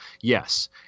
yes